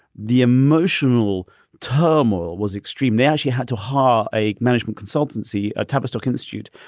the emotional turmoil was extreme. they actually had to hire a management consultancy, tavistock institute,